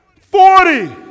Forty